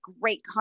great